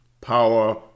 power